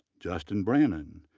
justin brannon,